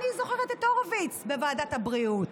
אני זוכרת את הורוביץ בוועדת הבריאות.